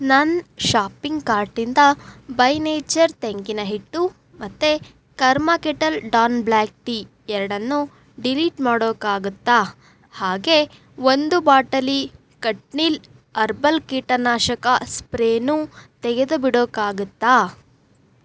ನನ್ನ ಶಾಪಿಂಗ್ ಕಾರ್ಟಿಂದ By Nature ತೆಂಗಿನ ಹಿಟ್ಟು ಮತ್ತು Karma Kettle Dawn black tea ಎರಡನ್ನು ಡಿಲೀಟ್ ಮಾಡೋಕ್ಕಾಗುತ್ತಾ ಹಾಗೇ ಒಂದು ಬಾಟಲಿ ಖಟ್ನಿಲ್ ಹರ್ಬಲ್ ಕೀಟನಾಶಕ ಸ್ಪ್ರೇನೂ ತೆಗೆದುಬಿಡೋಕ್ಕಾಗುತ್ತಾ